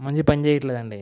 మంచిగా పని చెయ్యలేదు అండి